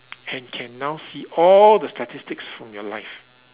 and can now see all the statistics from your life